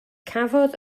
cafodd